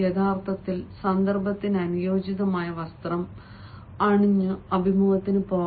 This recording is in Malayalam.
യഥാർത്ഥത്തിൽ സന്ദർഭത്തിന്റെ അനുയോജ്യതയുമായി വസ്ത്രം അണിഞ്ഞു അഭിമുഖത്തിന് പോകണം